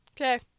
Okay